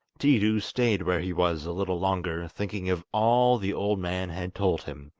tiidu stayed where he was a little longer, thinking of all the old man had told him,